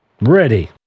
Ready